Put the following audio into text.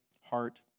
heart